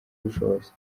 ubushobozi